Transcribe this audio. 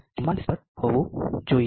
44 હોવું જોઈએ